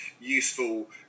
useful